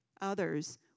others